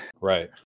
right